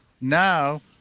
Now